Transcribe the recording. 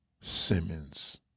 Simmons